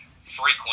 frequent